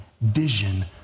vision